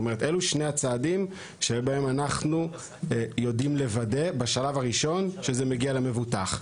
אילו שני הצעדים שבהם אנחנו יודעים לוודא בשלב הראשון שזה מגיע למבוטח.